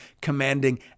commanding